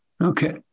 Okay